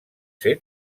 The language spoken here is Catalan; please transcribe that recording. ser